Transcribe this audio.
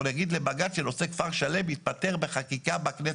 נגיד לבג"ץ שנושא כפר שלם ייפתר בחקיקה בכנסת.